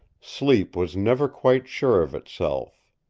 sleep was never quite sure of itself.